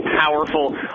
powerful